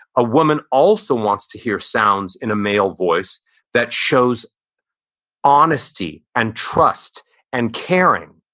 a woman also wants to hear sounds in a male voice that shows honesty and trust and caring.